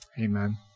Amen